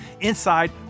Inside